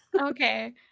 okay